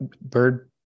bird